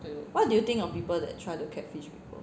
what do you think of people that try to catfish people